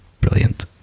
brilliant